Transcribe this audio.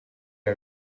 are